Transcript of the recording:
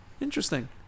interesting